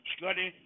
Study